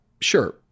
sure